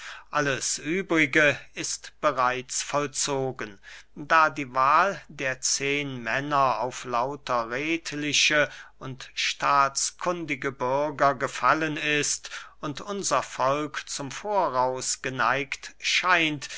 alles übrige ist bereits vollzogen da die wahl der zehnmänner auf lauter redliche und staatskundige bürger gefallen ist und unser volk zum voraus geneigt scheint